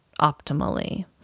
optimally